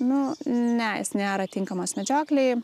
nu ne jis nėra tinkamas medžioklei